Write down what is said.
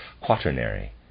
quaternary